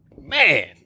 Man